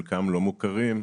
חלקם לא מוכרים,